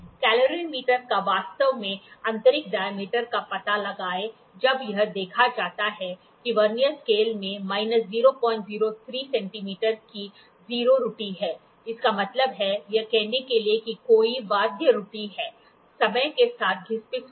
calorimeter का वास्तव में आंतरिक डायमीटर का पता लगाएं जब यह देखा जाता है कि वर्नियर स्केल में माइनस 003 सेंटीमीटर की 0 त्रुटि है इसका मतलब है यह कहने के लिए कि कोई वाद्य त्रुटि है समय के साथ घिस पिस हो गया है